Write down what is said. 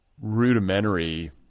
rudimentary